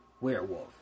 werewolf